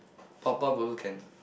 powerpuff also can